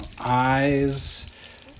Eyes